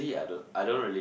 I don't I don't really